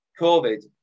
COVID